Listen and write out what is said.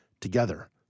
together